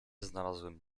znalazłem